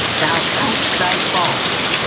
thou had'st thy faults,